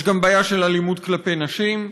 ויש גם בעיה של אלימות כלפי נשים.